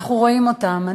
אנחנו רואים אותם.